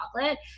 chocolate